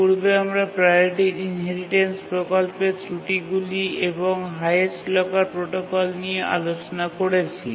পূর্বে আমরা priority inheritance প্রকল্পের ত্রুটিগুলি এবং হাইয়েস্ট লকার প্রোটোকল নিয়ে আলোচনা করেছি